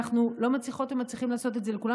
אנחנו לא מצליחות ומצליחים לעשות את זה לכולם.